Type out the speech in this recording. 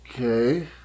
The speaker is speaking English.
Okay